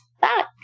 back